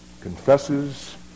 confesses